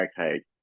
okay